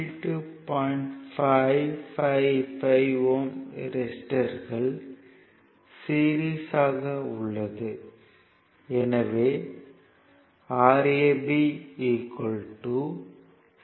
555 Ω ரெசிஸ்டர்கள் சீரிஸ்யாக உள்ளது